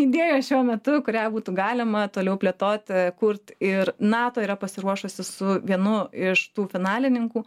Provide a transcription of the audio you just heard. idėjos šiuo metu kurią būtų galima toliau plėtoti kurt ir nato yra pasiruošusi su vienu iš tų finalininkų